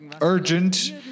urgent